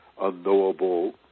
unknowable